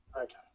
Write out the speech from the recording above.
Okay